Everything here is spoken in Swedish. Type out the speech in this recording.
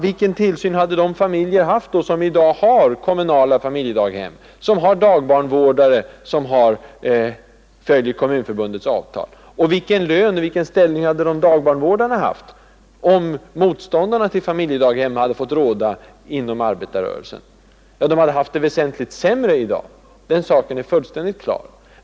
Vilken barntillsyn hade de familjer haft som i dag anlitar kommunala familjedaghem, med dagbarnvårdare vilka arbetar enligt Kommunförbundets avtal? Och vilken lön och vilken ställning hade dagbarnvårdarna haft, om motståndarna till familjedaghemmen hade fått råda inom arbetarrörelsen? Ja, det är fullständigt klart att de hade haft det väsentligt sämre i dag.